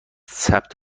ثبت